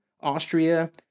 Austria